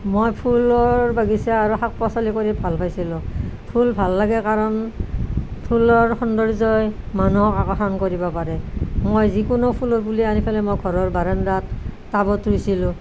মই ফুলৰ বাগিচা আৰু শাক পাচলি কৰি ভাল পাইছিলোঁ ফুল ভাল লাগে কাৰণ ফুলৰ সৌন্দৰ্যই মানুহক আকৰ্ষণ কৰিব পাৰে মই যিকোনো ফুলৰ পুলি আনি পেলাই মই ঘৰৰ বাৰান্দাত টাবত ৰুইছিলোঁ